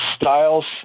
Styles